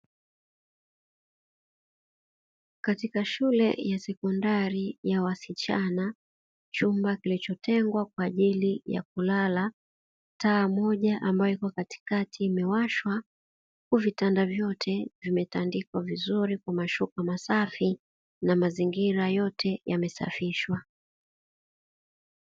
Katika shule ya sekondari ya wasichana chumba kilichotengwa kwa ajili ya kulala, taa moja ambayo ipo katikati imeshwa huku vitanda vyote vimetandikwa vizuri kwa mashuka masafi na mazingira yote yamesafishwa.